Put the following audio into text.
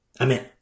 Amen